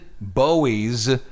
Bowie's